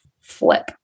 flip